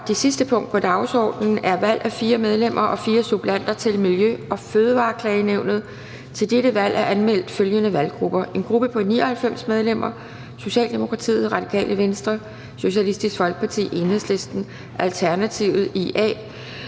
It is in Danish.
Det sidste punkt på dagsordenen er: 28) Valg af 4 medlemmer og 4 suppleanter til Miljø- og Fødevareklagenævnet. Kl. 15:56 Anden næstformand (Pia Kjærsgaard): Til dette valg er anmeldt følgende valggrupper: en gruppe på 99 medlemmer: Socialdemokratiet, Radikale Venstre, Socialistisk Folkeparti, Enhedslisten, Alternativet,